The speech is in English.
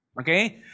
Okay